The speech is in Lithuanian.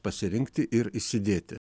pasirinkti ir įsidėti